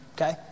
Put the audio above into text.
okay